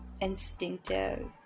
instinctive